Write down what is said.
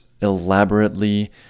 elaborately